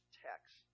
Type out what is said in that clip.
text